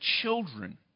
children